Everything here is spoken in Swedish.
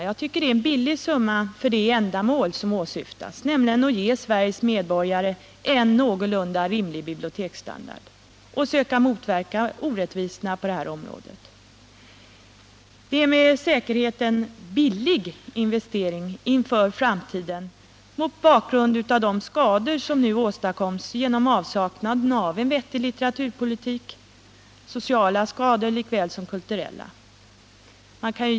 Jag tycker att det är billigt för det ändamål som åsyftas, nämligen att söka ge Sveriges medborgare en någorlunda rimlig biblioteksstandard, att söka motverka orättvisorna inom det området. Det är med säkerhet en billig investering inför framtiden, mot bakgrund av vilka skador som nu åstadkoms genom avsaknaden av en vettig litteraturpolitik — sociala skador lika väl som kulturella.